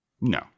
No